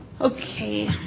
Okay